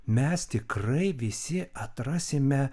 mes tikrai visi atrasime